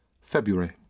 February